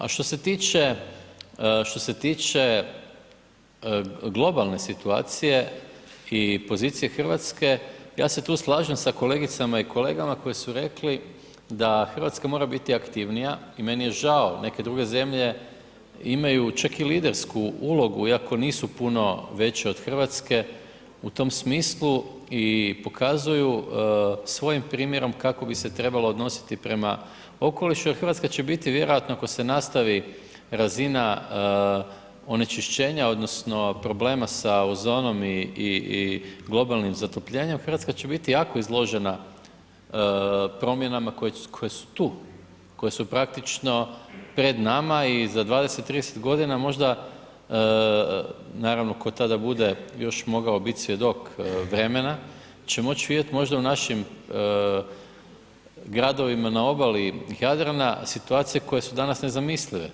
A što se tiče, što se tiče globalne situacije i pozicije RH, ja se tu slažem sa kolegicama i kolegama koji su rekli da RH mora biti aktivnija i meni je žao neke druge zemlje imaju čak i lidersku ulogu iako nisu puno veće od RH u tom smislu i pokazuju svojim primjerom kako bi se trebalo odnositi prema okolišu jer RH će biti vjerojatno ako se nastavi razina onečišćenja odnosno problema sa ozonom i globalnim zatopljenjem, RH će biti jako izložena promjenama koje su tu, koje su praktično pred nama i za 20-30.g., naravno tko tada bude još mogao biti svjedok vremena će moć vidjet možda u našim gradovima na obali Jadrana situacije koje su danas nezamislive.